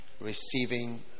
Receiving